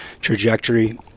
trajectory